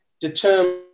determine